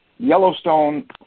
Yellowstone